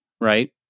right